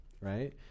right